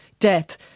Death